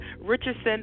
Richardson